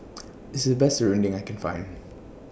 This IS The Best Serunding that I Can Find